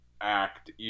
act